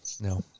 no